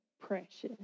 precious